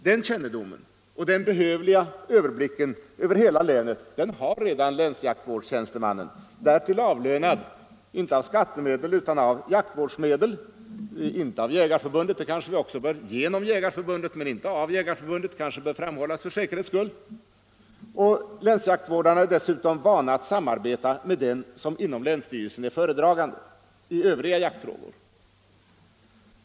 Den kännedomen och den behövliga överblicken över hela länet har redan länsjaktvårdstjänstemannen, därtill avlönad inte av skattemedel utan av jaktvårdsmedel, genom Jägarförbundet men inte av Jägarförbundet, vilket kanske bör framhållas för säkerhets skull. Länsjaktvårdarna är dessutom vana att samarbeta med den som inom länsstyrelsen är föredragande i övriga jaktfrågor.